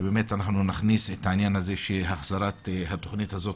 שאנחנו נכניס את העניין הזה של החזרת התוכנית הזו,